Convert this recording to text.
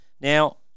Now